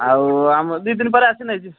ଆଉ ଆମ ଦୁଇ ଦିନ ପରେ ଆସି ନେଇଯିବେ